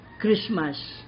Christmas